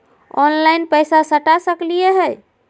Online पैसा सटा सकलिय है?